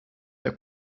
der